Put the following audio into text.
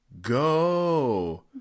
go